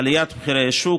לעליית מחירי השוק,